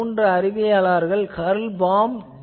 மூன்று அறிவியலாளர்கள் கர்ல் பாம் D